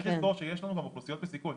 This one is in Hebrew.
צריך לזכור שיש לנו גם אוכלוסיות בסיכון,